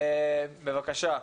בבקשה.